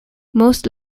most